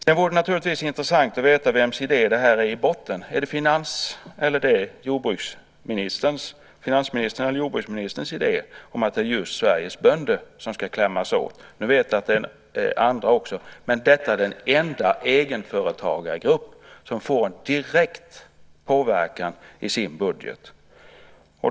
Det vore naturligtvis intressant att veta vems idé det här i grunden är. Är det finansministerns idé eller är det jordbruksministerns idé att just Sveriges bönder ska klämmas åt? Nu vet jag att det gäller också andra, men bönderna är den enda egenföretagargruppen som får en direkt påverkan i sin budget.